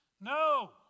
No